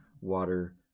water